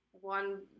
One